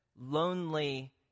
lonely